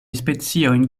speciojn